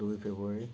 দুই ফেব্ৰুৱাৰী